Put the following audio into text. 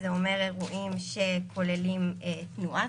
זה אומר אירועים שכוללים תנועה,